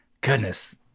goodness